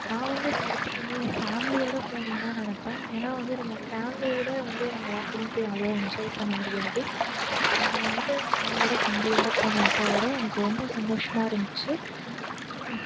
நான் வந்து படத்துக்கு வந்து என் ஃபேம்லியோட போனுந்தான் நினப்பேன் ஏன்னா வந்து நம்ம ஃபேம்லியை விட வந்து நம்ம யார்கூடையும் போய் அவ்வளோ என்ஜாய் பண்ண முடியாது நான் வந்து அம்மாவோட தம்பியோட போனேன் அப்பாவோட எனக்கு ரொம்ப சந்தோஷமாக இருந்துச்சி ம்